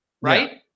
right